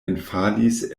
enfalis